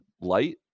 light